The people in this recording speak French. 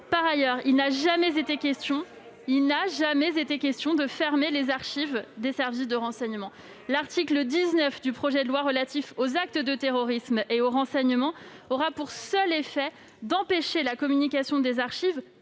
Par ailleurs, il n'a jamais été question de fermer les archives des services de renseignement. L'article 19 du projet de loi relatif à la prévention d'actes de terrorisme et au renseignement aura pour seul effet d'empêcher la communication des archives